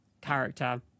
character